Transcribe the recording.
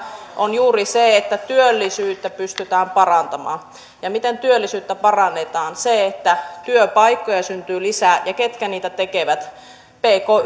on juuri se että työllisyyttä pystytään parantamaan ja miten työllisyyttä parannetaan siten että työpaikkoja syntyy lisää ja ketkä niitä tekevät pk